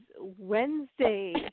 Wednesday